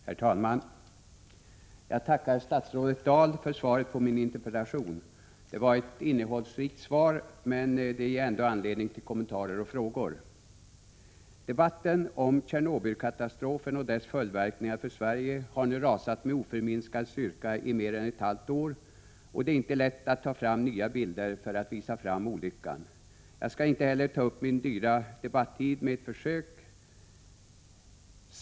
Herr talman! Jag tackar statsrådet Dahl för svaret på min interpellation. Det var ett innehållsrikt svar, men det ger ändå anledning till kommentarer och frågor. Debatten om Tjernobylkatastrofen och dess följdverkningar för Sverige har nu rasat med oförminskad styrka i mer än ett halvt år, och det är inte lätt att ta fram nya bilder för att belysa olyckan. Jag skall inte heller ta upp min dyrbara debattid med ett försök att göra det.